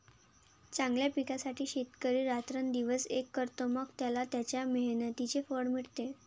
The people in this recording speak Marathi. चांगल्या पिकासाठी शेतकरी रात्रंदिवस एक करतो, मग त्याला त्याच्या मेहनतीचे फळ मिळते